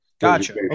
Gotcha